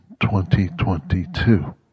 2022